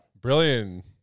Brilliant